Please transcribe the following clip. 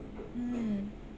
mm